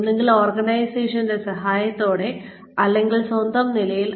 ഒന്നുകിൽ ഓർഗനൈസേഷന്റെ സഹായത്തോടെ അല്ലെങ്കിൽ സ്വന്തം നിലയിൽ